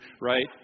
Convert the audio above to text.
right